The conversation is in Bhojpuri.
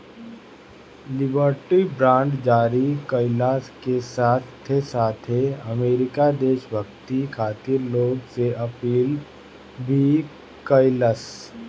लिबर्टी बांड जारी कईला के साथे साथे अमेरिका देशभक्ति खातिर लोग से अपील भी कईलस